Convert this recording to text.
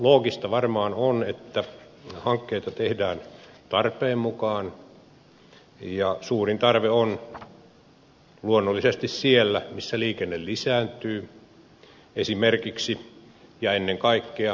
loogista varmaan on että hankkeita tehdään tarpeen mukaan ja suurin tarve on luonnollisesti siellä missä liikenne lisääntyy esimerkiksi ja ennen kaikkea väestönkasvun kautta